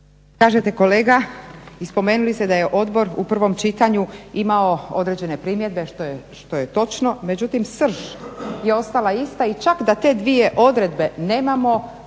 Kažete kolega i spomenuli ste da je Odbor u prvom čitanju imao određene primjedbe što je točno, međutim srž je ostala ista i čak da te dvije odredbe nemamo također